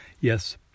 Yes